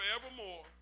forevermore